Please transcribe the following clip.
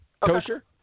kosher